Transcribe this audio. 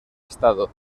estado